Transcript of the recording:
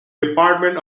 department